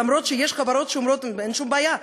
אף-על-פי שיש חברות שאומרות: אין בעיה,